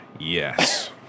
Yes